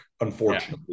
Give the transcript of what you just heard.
unfortunately